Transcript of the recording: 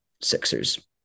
Sixers